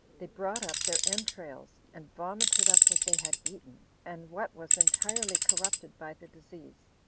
they brought up their entrails, and vomited up what they had eaten, and what was entirely corrupted by the disease.